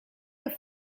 that